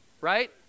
right